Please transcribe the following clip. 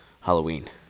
Halloween